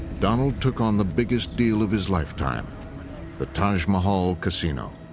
donald took on the biggest deal of his lifetime the taj mahal casino.